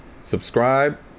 subscribe